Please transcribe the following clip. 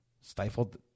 stifled